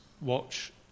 watch